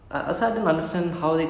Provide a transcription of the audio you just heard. mm started from him [what]